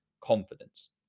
confidence